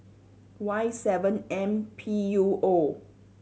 Y seven M P U O